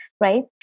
right